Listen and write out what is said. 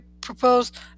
proposed